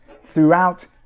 throughout